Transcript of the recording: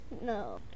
No